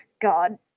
God